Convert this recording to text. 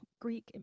Greek